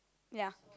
ya